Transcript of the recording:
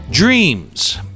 Dreams